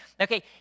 Okay